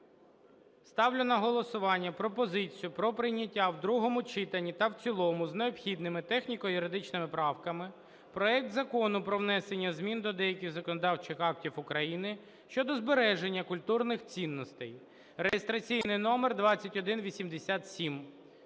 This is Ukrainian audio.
Ставлю на голосування пропозицію про прийняття в другому читанні та в цілому з необхідними техніко-юридичними правками проект Закону про внесення змін до деяких законодавчих актів України (щодо збереження культурних цінностей) (реєстраційний номер 2187).